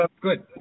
Good